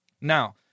Now